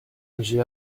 j’ai